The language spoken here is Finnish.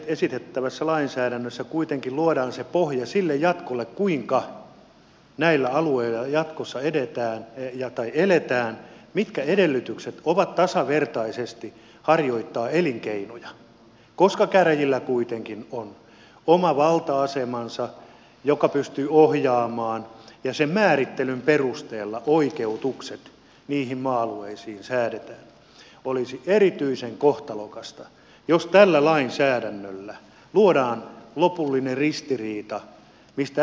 esitettävässä lainsäädännössä kuitenkin luodaan pohja sille jatkolle kuinka näillä alueilla jatkossa eletään mitkä edellytykset on tasavertaisesti harjoittaa elinkeinoja koska käräjillä kuitenkin on oma valta asemansa joka pystyy ohjaamaan ja sen määrittelyn perusteella oikeutukset niihin maa alueisiin säädetään ja olisi erityisen kohtalokasta jos tällä lainsäädännöllä luotaisiin lopullinen ristiriita mistä ei ole ulospääsyä